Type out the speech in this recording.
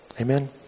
amen